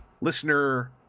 listener